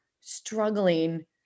struggling